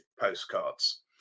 postcards